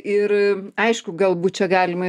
ir aišku galbūt čia galima